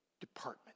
department